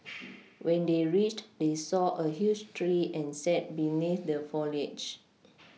when they reached they saw a huge tree and sat beneath the foliage